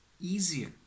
easier